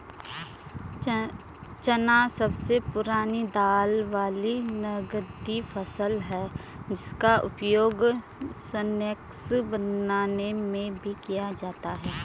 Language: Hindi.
चना सबसे पुरानी दाल वाली नगदी फसल है जिसका उपयोग स्नैक्स बनाने में भी किया जाता है